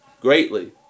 greatly